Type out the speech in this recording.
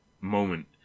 moment